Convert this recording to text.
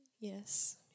Yes